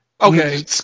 Okay